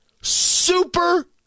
super